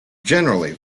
generally